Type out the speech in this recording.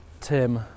Tim